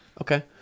Okay